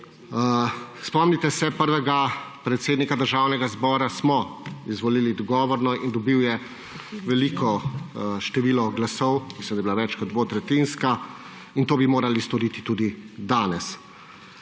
Spomnite se, prvega predsednika Državnega zbora smo izvolili dogovorno in dobil je veliko število glasov. Mislim, da je bila več kot dvotretjinska. In to bi morali storiti tudi danes.